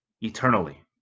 eternally